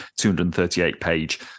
238-page